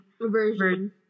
version